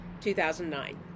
2009